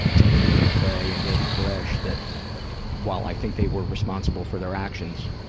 timothy mcveigh and david koresh, that while i think they were responsible for their actions,